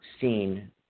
seen